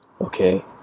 okay